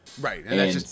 Right